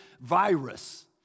virus